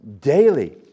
daily